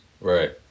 Right